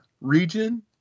region